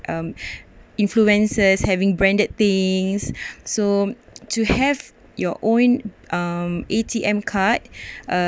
um influences having branded things so to have your own um A_T_M card uh